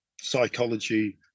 psychology